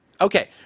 Okay